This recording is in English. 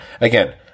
Again